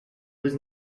was